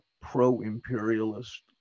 pro-imperialist